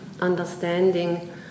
understanding